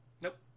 Nope